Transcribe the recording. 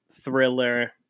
thriller